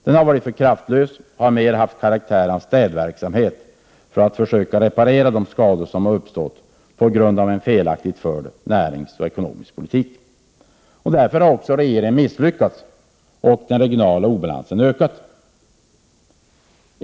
Den har varit för kraftlös och har mer haft karaktären av ”städverksamhet” för att försöka reparera de skador som har uppstått på grund av en felaktigt förd näringspolitik och ekonomisk politik. Därför har också regeringen misslyckats och den regionala obalansen ökat.